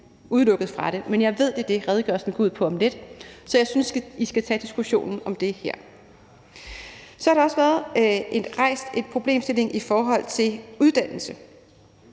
udelukket, men jeg ved, at det er det, redegørelsen om lidt går ud på, så jeg synes, at I skal tage diskussionen om det der. Så har der også været rejst en problemstilling i forhold til uddannelse.